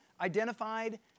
identified